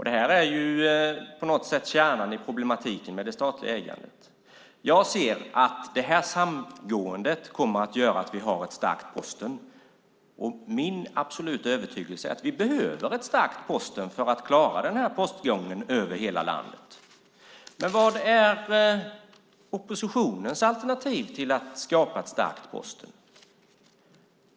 Det här är på något sätt kärnan i problematiken med det statliga ägandet. Jag ser att det här samgåendet kommer att göra att vi har ett starkt Posten, och min absoluta övertygelse är att vi behöver ett starkt Posten för att klara postgången över hela landet. Men vad är oppositionens alternativ för att skapa ett starkt Posten?